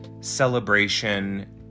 celebration